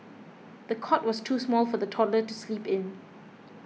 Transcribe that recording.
the cot was too small for the toddler to sleep in